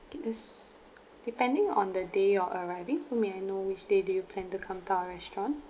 it is depending on the day of arriving so may I know which day do you plan to come to our restaurant